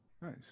nice